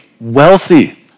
wealthy